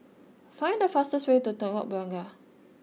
find the fastest way to Telok Blangah